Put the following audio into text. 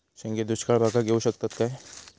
शेंगे दुष्काळ भागाक येऊ शकतत काय?